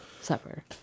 Supper